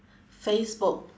facebook